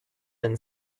than